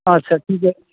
আচ্ছা ঠিক আছে